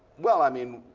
well i mean,